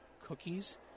cookies